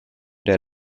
der